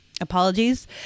Apologies